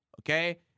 okay